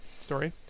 story